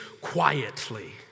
quietly